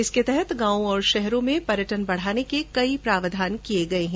इसके तहत गांवों और शहरों तक पर्यटन बढ़ाने के लिए कई प्रावधान किए गए हैं